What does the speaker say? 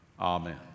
Amen